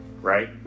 right